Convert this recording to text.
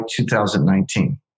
2019